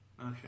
okay